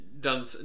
done